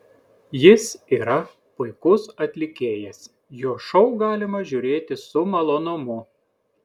jis yra puikus atlikėjas jo šou galima žiūrėti su malonumu